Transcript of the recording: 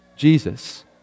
Jesus